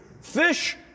Fish